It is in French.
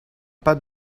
pas